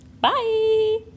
Bye